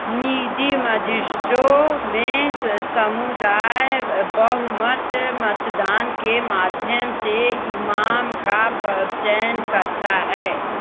निजी मजिस्दों में समुदाय बहुमत मतदान के माध्यम से इमाम का चयन करता है